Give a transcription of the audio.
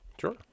Sure